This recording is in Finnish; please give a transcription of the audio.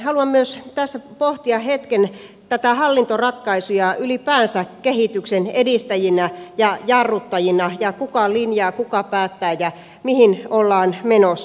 haluan myös tässä pohtia hetken hallintoratkaisuja ylipäänsä kehityksen edistäjinä ja jarruttajina ja sitä kuka linjaa kuka päättää ja mihin ollaan menossa